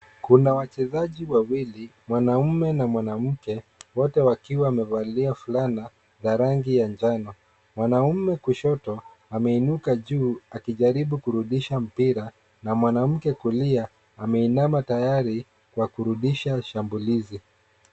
Kuna wachezaji wawili; mwanaume na mwanamke wote wakiwa wamevalia fulana za rangi ya njano. Mwanaume kushoto, ameinuka juu akijaribu kurudisha mpira na mwanamke kulia ameinama tayari kwa kurudisha shambulizi.